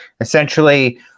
essentially